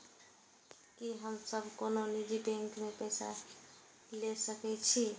की हम सब कोनो निजी बैंक से पैसा ले सके छी?